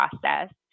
process